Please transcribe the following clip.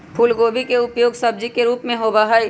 फूलगोभी के उपयोग सब्जी के रूप में होबा हई